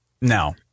Now